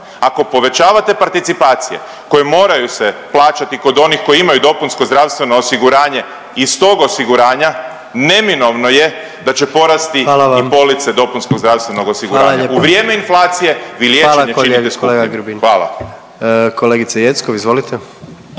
ako povećavate participacije koji moraju se plaćati kod onih koji imaju dopunsko zdravstveno osiguranje i s tog osiguranja neminovno je da će porasti i police dopunskog zdravstvenog osiguranja. …/Upadica predsjednik: Hvala vam./… U vrijeme